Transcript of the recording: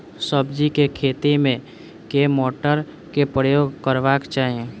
सब्जी केँ खेती मे केँ मोटर केँ प्रयोग करबाक चाहि?